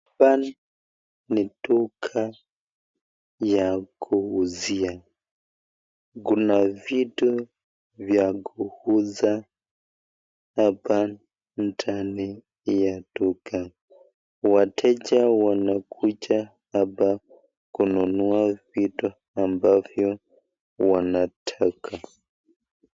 Hapa ni duka ya kuuzia. Kuna vitu vya kuuza hapa ndani ya duka. Wateja wanakuja hapa kununua vitu ambavyo wanataka.